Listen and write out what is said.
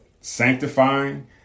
sanctifying